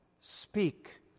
speak